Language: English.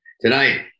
tonight